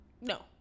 No